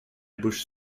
bouche